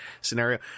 scenario